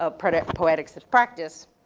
ah predet, poetics that practice,